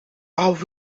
are